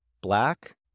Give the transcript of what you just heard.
black